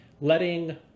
Letting